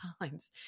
times